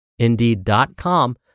Indeed.com